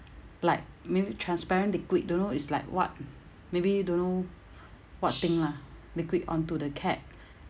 like maybe transparent liquid don't know it's like what maybe don't know what thing lah liquid onto the cat